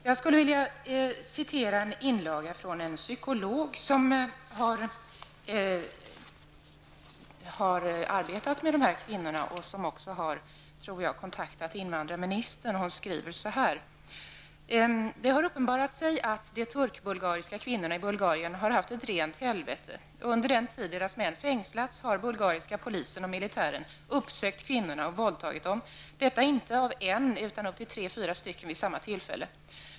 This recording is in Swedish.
Jag skulle vilja referera till en inlaga från en psykolog som har arbetat med dessa kvinnor och som jag tror också har kontaktat invandrarministern. Hon skriver: Det har uppenbarat sig att de turk-bulgariska kvinnorna i Bulgarien har haft ett rent helvete. Under den tid som deras män har suttit fängslade har den bulgariska polisen och militären uppsökt kvinnorna och våldtagit dem. Det har inte varit fråga om en, utan upp till tre fyra stycken vid samma tillfälle.